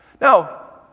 Now